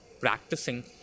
practicing